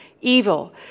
evil